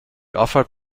offered